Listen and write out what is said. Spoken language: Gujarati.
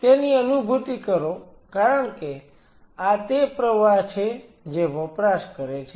તેની અનુભૂતિ કરો કારણ કે આ તે પ્રવાહ છે જે વપરાશ કરે છે